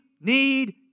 need